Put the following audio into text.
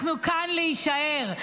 אנחנו כאן להישאר.